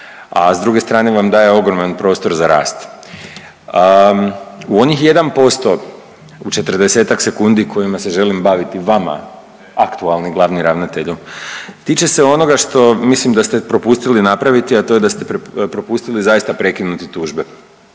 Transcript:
a s druge strane vam daje ogroman prostor za rast. U onih 1% u 40-tak sekundi kojima se želim baviti vama aktualni glavni ravnatelju tiče se onoga što mislim da ste propustili napraviti, a to je da ste propustili zaista prekinuti tužbe